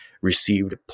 received